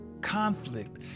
conflict